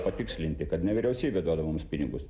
patikslinti kad ne vyriausybė duoda mums pinigus